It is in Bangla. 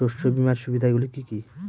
শস্য বিমার সুবিধাগুলি কি কি?